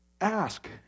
ask